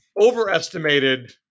Overestimated